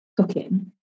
Cooking